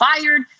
fired